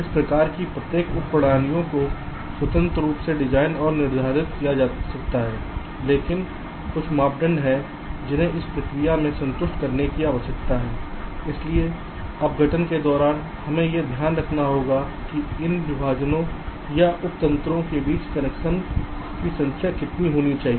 इस प्रकार कि प्रत्येक उप प्रणालियों को स्वतंत्र रूप से डिजाइन और निर्धारित किया जा सकता है लेकिन कुछ मापदंड हैं जिन्हें इस प्रक्रिया में संतुष्ट करने की आवश्यकता है इसलिए अपघटन के दौरान हमें यह ध्यान रखना होगा कि इन विभाजनों या उपतंत्रों के बीच कनेक्शन की संख्या कितनी होनी चाहिए